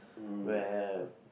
where